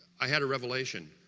i had a revelation